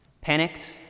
Panicked